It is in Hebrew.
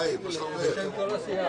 הישיבה נעולה.